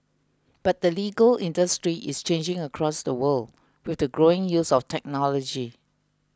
but the legal industry is changing across the world with the growing use of technology